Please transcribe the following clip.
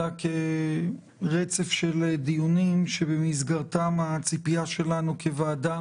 אלא כרצף של דיונים שבמסגרתם הציפייה שלנו כוועדה